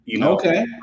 Okay